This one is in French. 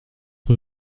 rue